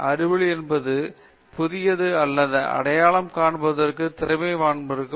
அறிவொளியானது உண்மையாகவே புதியது என்பதை அடையாளம் காண்பதற்கான திறனை நமக்கு வழங்குகிறது